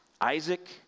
Isaac